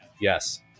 Yes